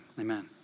Amen